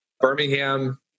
Birmingham